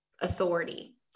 authority